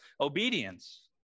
obedience